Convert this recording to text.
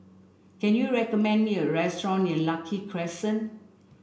can you recommend me a restaurant near Lucky Crescent